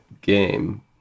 game